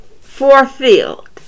fulfilled